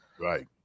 Right